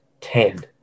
ten